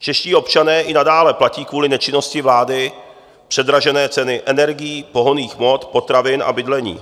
Čeští občané i nadále platí kvůli nečinnosti vlády předražené ceny energií, pohonných hmot, potravin a bydlení.